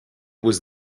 was